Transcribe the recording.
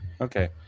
okay